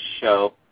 show